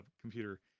computer